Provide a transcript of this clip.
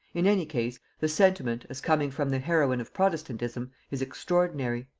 in any case, the sentiment, as coming from the heroine of protestantism, is extraordinary.